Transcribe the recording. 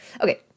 Okay